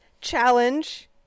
challenge